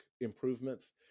improvements